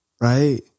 right